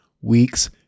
week's